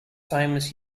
famous